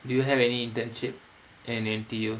do you have any internship in N_T_U